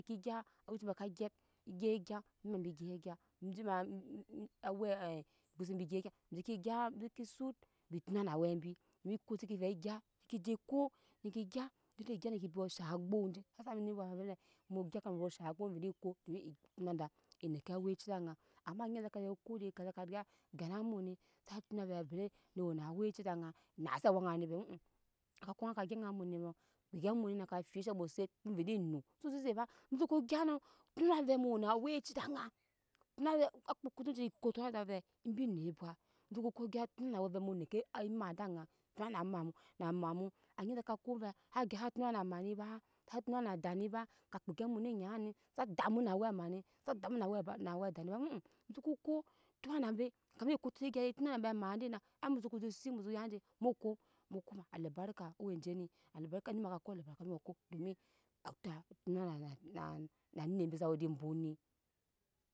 Gya ewa bu ka gyap gya gya embi mai b ke gyap egya eje ma ewe gbose bi gy gya embi se sut bi tona na awɛ embi domi eko seke ve gya se jo ko seke gya ne ke gya neke bot shaŋ agbuk je haka nere bwet wene mu gya aga shaŋ agbuk vene ve ekot domi eki nada e neke a wɛci dɛ aŋa ama anyi saje ko de aka saka gya gua na muni sa tona vena a we na awɛci da aŋa nase awɛŋa ni be ko ko ak gya namu ni dege amu ni naka fieset amuɔ set mu vene enu so sese ba mu sko gya nunu na ve emu wena awɛci de aŋo tona ve akpo kotoci ekoto ada ve embi nnere bwet muso koko gya tona awɛmu ve mu neke emat edɛ aŋa tona na mamu na mamu anyi dɛ kako ve agya sa tona na ema ni ba sa tona na ada ni a ka kpiki amu ni nyini sa damu ma wɛma ni sa damu na ba awɛ ada ni ba muso koko tona na embe kama ekro se gya rie tona na embe ama dina ai muso ko set mu ye je mukoo muko mu koma albark awe aje ni abarka ni ma ka ko albarka mu mu ko domi oda tona na anet embe sa we dɛ bɔt.